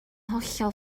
hollol